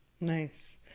Nice